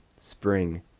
spring